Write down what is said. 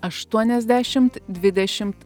aštuoniasdešimt dvidešimt